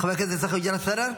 חבר הכנסת יאסר חוג'יראת, בסדר?